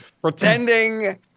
pretending